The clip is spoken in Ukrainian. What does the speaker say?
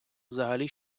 взагалі